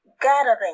gathering